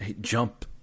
jump